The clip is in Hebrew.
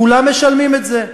כולם משלמים את זה.